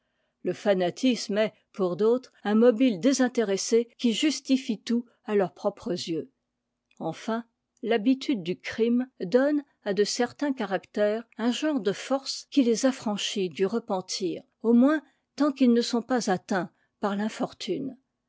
le fanatisme est pour d'autres un mobile désintéressé qui justifie tout à leurs propres yeux enfin l'habitude du crime donne à de certains caractères un genre de force qui les affranchit du repentir au moins tant qu'ils ne sont pas atteints par